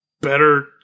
better